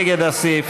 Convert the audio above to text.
מי נגד הסעיפים?